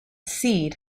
seed